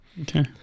Okay